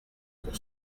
pour